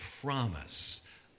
promise